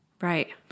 Right